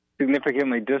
significantly